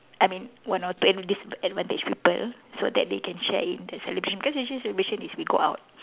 I mean one or two and disadvantage people so that they can share it in their celebration because usually celebration is we go out